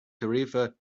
tarifa